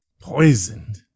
Poisoned